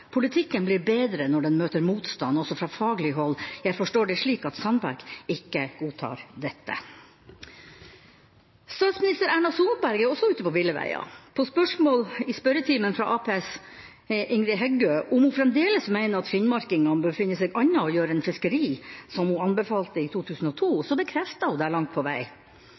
Politikken blir bedre når den møter motstand, også fra faglig hold. Jeg forstår det slik at Sandberg ikke godtar dette.» Statsminister Erna Solberg er også ute på ville veier. På spørsmål i spørretimen fra Arbeiderpartiets Ingrid Heggø om hun fremdeles mener at finnmarkingene bør finne seg annet å gjøre enn fiskeri, som hun anbefalte i 2002, bekreftet hun det langt på vei.